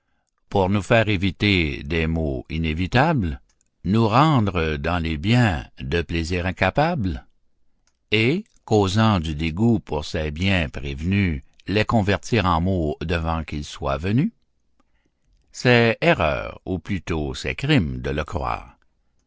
pour nous faire éviter des maux inévitables nous rendre dans les biens de plaisirs incapables et causant du dégoût pour ces biens prévenus les convertir en maux devant qu'ils soient venus c'est erreur ou plutôt c'est crime de le croire